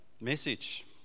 message